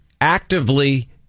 actively